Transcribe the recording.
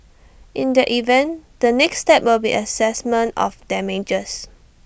in that event the next step will be Assessment of damages